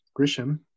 Grisham